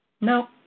no